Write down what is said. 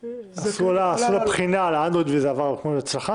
עשו לה בחינה על האנדרואיד וזה עבר בהצלחה.